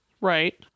Right